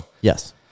yes